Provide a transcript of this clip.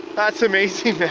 that's amazing